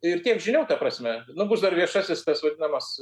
ir tiek žinių ta prasme nu bus dar viešasis tas vadinamas